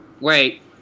Wait